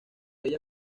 ella